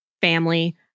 family